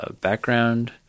background